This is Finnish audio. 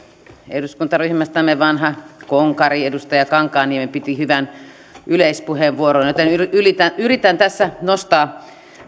eduskuntaryhmästämme vanha konkari edustaja kankaanniemi piti hyvän yleispuheenvuoron joten yritän tässä nostaa